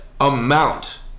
Amount